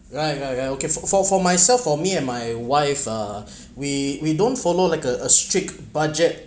ya ya ya okay for for for myself for me and my wife uh we we don't follow like a a strict budget